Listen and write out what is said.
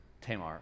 Tamar